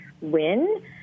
win